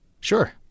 Sure